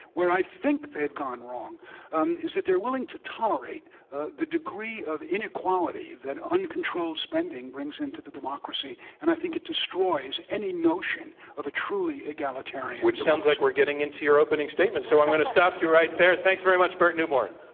where i think they've gone wrong um is that they're willing to tolerate the degree of inequality that uncontrolled spending brings into the democracy, and i think it destroys any notion of a truly egalitarian democracy. which sounds like we're getting into your opening statement, so i'm going to stop you right there. thanks very much, burt neuborne.